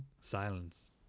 Silence